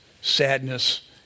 sadness